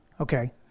Okay